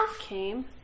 Came